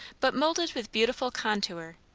but moulded with beautiful contour,